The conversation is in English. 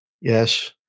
Yes